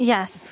Yes